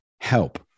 help